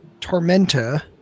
Tormenta